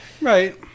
right